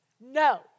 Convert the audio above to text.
No